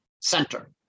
center